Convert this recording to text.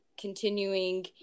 continuing